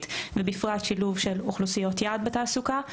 ובפרט שילוב של אוכלוסיות יעד בתעסוקה,